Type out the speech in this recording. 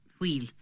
wheel